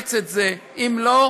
תאמץ את זה, אם לא,